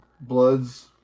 Blood's